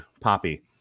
poppy